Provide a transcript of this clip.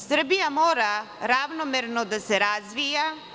Srbija mora ravnomerno da se razvija.